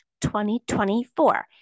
2024